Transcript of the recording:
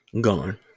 gone